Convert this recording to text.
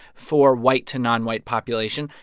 for white to non-white population.